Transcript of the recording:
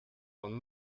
von